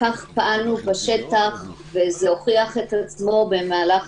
כך פעלנו בשטח וזה הוכיח את עצמו במהלך